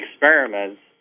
experiments